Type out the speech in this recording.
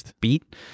beat